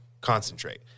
concentrate